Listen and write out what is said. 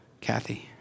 Kathy